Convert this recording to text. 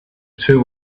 two